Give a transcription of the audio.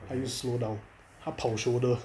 他又 slow down 他跑 shoulder